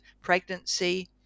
pregnancy